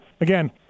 again